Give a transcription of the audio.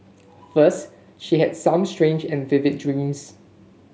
first she had some strange and vivid dreams